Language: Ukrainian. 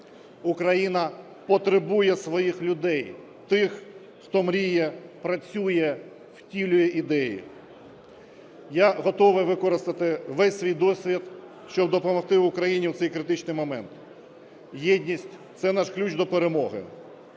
Україна потребує своїх людей, тих, хто мріє, працює, втілює ідеї. Я готовий використати весь свій досвід, щоб допомогти Україні у цей критичний момент. Єдність – це наш ключ до перемоги.